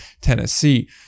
Tennessee